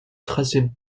troisième